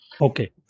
Okay